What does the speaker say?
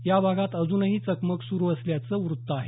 या भागात अजूनही चकमक सुरू असल्याचं वृत्त आहे